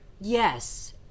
Yes